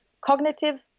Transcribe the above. cognitive